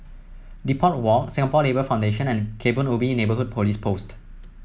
Depot Walk Singapore Labour Foundation and Kebun Ubi Neighbourhood Police Post